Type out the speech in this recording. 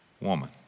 woman